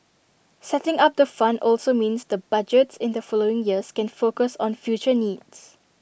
setting up the fund also means the budgets in the following years can focus on future needs